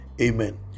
amen